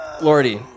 Lordy